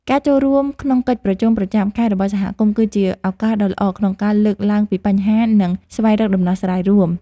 ការចូលរួមក្នុងកិច្ចប្រជុំប្រចាំខែរបស់សហគមន៍ គឺជាឱកាសដ៏ល្អក្នុងការលើកឡើងពីបញ្ហា និងស្វែងរកដំណោះស្រាយរួម។